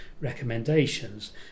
recommendations